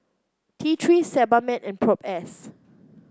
T Three Sebamed and Propass